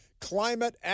Climate